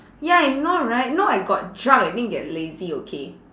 ya I know right no I got drunk I didn't get lazy okay